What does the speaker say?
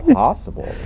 possible